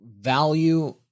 value